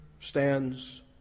stands